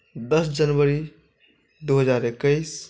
दस जनवरी दू हजार एक्कैस